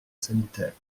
sanitaire